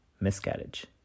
miscarriage